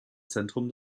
zentrum